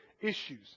issues